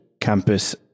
campus